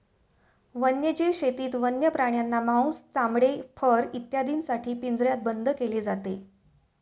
वन्यजीव शेतीत वन्य प्राण्यांना मांस, चामडे, फर इत्यादींसाठी पिंजऱ्यात बंद केले जाते